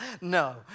no